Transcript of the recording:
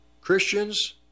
Christians